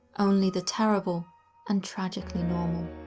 only the terrible and tragically normal.